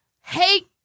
hate